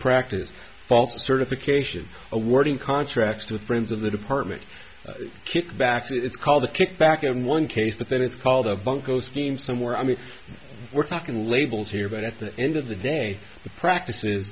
practice fall to certification awarding contracts to friends of the department kickbacks it's called the kickback in one case but then it's called a bunco scheme somewhere i mean we're talking labels here but at the end of the day the practic